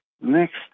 Next